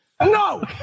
No